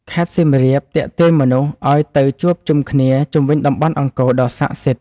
ខេត្តសៀមរាបទាក់ទាញមនុស្សឱ្យទៅជួបជុំគ្នាជុំវិញតំបន់អង្គរដ៏ស័ក្តិសិទ្ធិ។